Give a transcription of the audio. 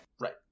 Right